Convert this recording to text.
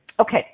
Okay